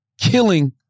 killing